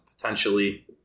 potentially